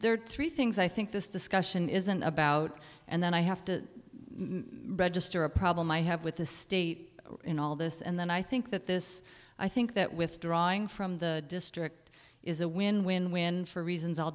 are three things i think this discussion isn't about and then i have to move to a problem i have with the state in all this and then i think that this i think that withdrawing from the district is a win win win for reasons i'll